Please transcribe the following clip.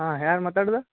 ಹಾಂ ಯಾರು ಮಾತಾಡೋದು